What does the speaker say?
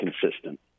consistent